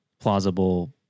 plausible